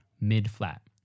mid-flat